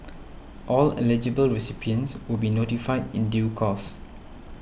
all eligible recipients will be notified in due course